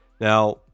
Now